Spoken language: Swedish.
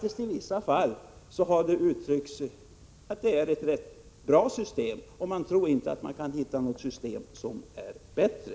I vissa fall har det faktiskt uttryckts att det är ett rätt bra system, och man tror inte att det går att hitta något system som är bättre.